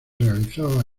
realizaba